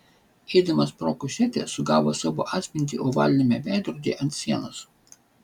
eidamas pro kušetę sugavo savo atspindį ovaliniame veidrodyje ant sienos